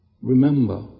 remember